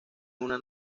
una